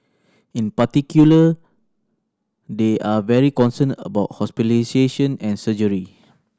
in particular they are very concerned about hospitalisation and surgery